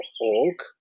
org